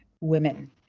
women